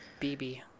BB